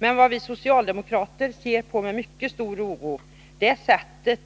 Men vad vi socialdemokrater med mycket stor oro tar fasta på är sättet